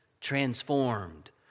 transformed